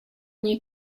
new